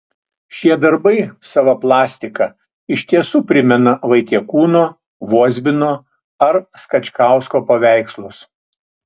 šie darbai sava plastika iš tiesų primena vaitekūno vozbino ar skačkausko paveikslus